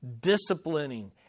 disciplining